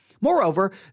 Moreover